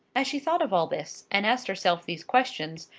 as she thought of all this, and asked herself these questions,